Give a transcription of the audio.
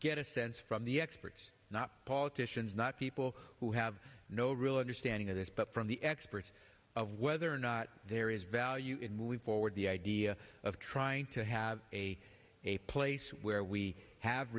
get a sense from the experts not politicians not people who have no real understanding of this but from the experts of whether or not there is value in moving forward the idea of trying to have a a place where we have